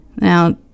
Now